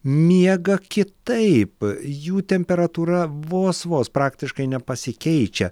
miega kitaip jų temperatūra vos vos praktiškai nepasikeičia